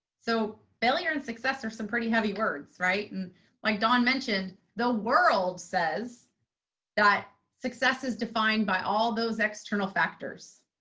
so failure and success are some pretty heavy words, right? and like dawn mentioned, the world says that success is defined by all those external factors,